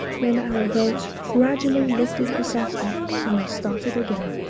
when our boat gradually lifted herself off and we started again,